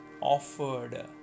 offered